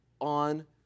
on